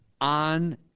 on